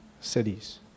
cities